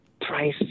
price